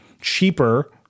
cheaper